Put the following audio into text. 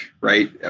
right